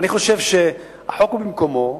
אני חושב שהחוק במקומו,